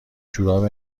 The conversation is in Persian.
جوراب